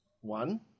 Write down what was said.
One